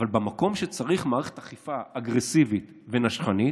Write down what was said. אבל במקום שצריך מערכת אכיפה אגרסיבית ונשכנית,